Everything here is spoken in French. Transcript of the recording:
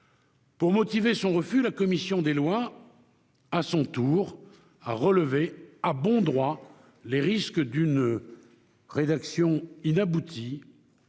Pour motiver son refus, la commission des lois a, à son tour, relevé, à bon droit, les risques d'une rédaction inaboutie